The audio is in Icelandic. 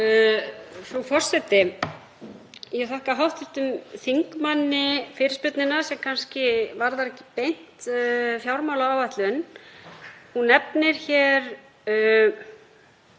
Frú forseti. Ég þakka hv. þingmanni fyrirspurnina sem kannski varðar ekki beint fjármálaáætlun. Hún nefnir hér